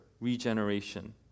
regeneration